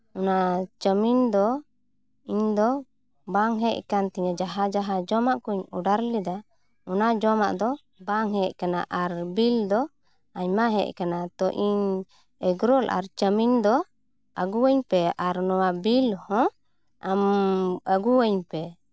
ᱚᱱᱟ ᱪᱟᱣᱢᱤᱱ ᱫᱚ ᱤᱧ ᱫᱚ ᱵᱟᱝ ᱦᱮᱡ ᱟᱠᱟᱱ ᱛᱤᱧᱟᱹ ᱡᱟᱦᱟᱸ ᱡᱟᱦᱟᱸ ᱡᱚᱢᱟᱜ ᱠᱩᱧ ᱚᱰᱟᱨ ᱞᱮᱫᱟ ᱚᱱᱟ ᱡᱚᱢᱟᱜ ᱫᱚ ᱵᱟᱝᱦᱮᱡ ᱟᱠᱟᱱᱟ ᱟᱨ ᱵᱤᱞ ᱫᱚ ᱟᱭᱢᱟ ᱦᱮᱡ ᱟᱠᱟᱱᱟ ᱛᱚ ᱤᱧ ᱮᱜᱽᱨᱳᱞ ᱟᱨ ᱪᱟᱣᱢᱤᱱ ᱫᱚ ᱟᱹᱜᱩᱣᱟᱹᱧ ᱯᱮ ᱟᱨ ᱱᱚᱣᱟ ᱵᱤᱞ ᱦᱚᱸ ᱟᱹᱜᱩᱣᱟᱹᱧ ᱯᱮ